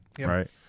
right